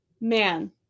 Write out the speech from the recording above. man